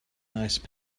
nice